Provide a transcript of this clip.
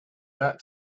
that